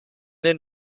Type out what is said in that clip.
den